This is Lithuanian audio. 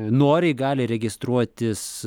noriai gali registruotis